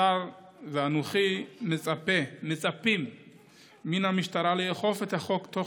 השר ואנוכי מצפים מן המשטרה לאכוף את החוק תוך